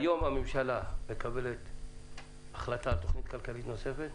הלוא היום הממשלה מקבלת החלטה על תוכנית כלכלית נוספת,